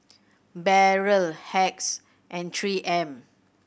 Barrel Hacks and Three M